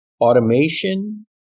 automation